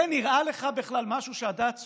זה נראה לך בכלל משהו שהדעת סובלת?